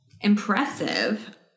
impressive